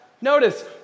notice